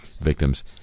victims